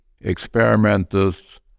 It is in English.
experimenters